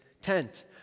tent